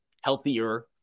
healthier